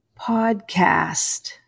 podcast